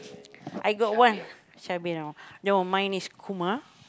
I got one Shabir no mine is Kumar